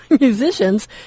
musicians